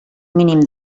mínim